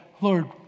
Lord